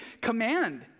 command